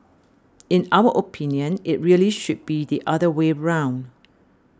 in our opinion it really should be the other way round